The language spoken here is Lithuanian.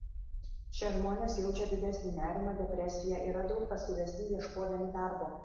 šie žmonės jaučia didesnį nerimą depresiją yra daug pasyvesni ieškodami darbo